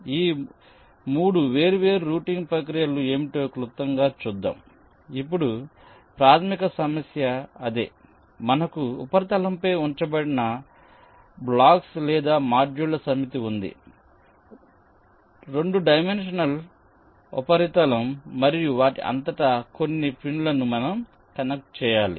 కాబట్టి ఈ 3 వేర్వేరు రూటింగ్ ప్రక్రియలు ఏమిటో క్లుప్తంగా చూద్దాం ఇప్పుడు ప్రాథమిక సమస్య అదే మనకు ఉపరితలంపై ఉంచబడిన బ్లాక్స్ లేదా మాడ్యూళ్ల సమితి ఉంది 2 డైమెన్షనల్ ఉపరితలం మరియు వాటి అంతటా కొన్ని పిన్లను మనం కనెక్ట్ చేయాలి